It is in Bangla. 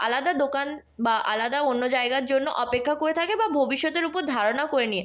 আলাদা দোকান বা আলাদা অন্য জায়গার জন্য অপেক্ষা করে থাকে বা ভবিষ্যতের উপর ধারণাও করে নিয়ে